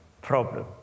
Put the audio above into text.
problem